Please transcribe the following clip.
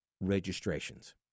Registrations